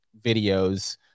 videos